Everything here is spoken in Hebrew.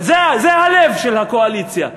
זה הלב של הקואליציה,